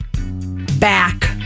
Back